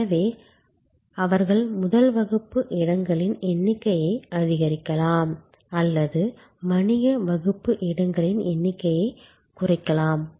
எனவே அவர்கள் முதல் வகுப்பு இடங்களின் எண்ணிக்கையை அதிகரிக்கலாம் அல்லது வணிக வகுப்பு இடங்களின் எண்ணிக்கையை குறைக்கலாம்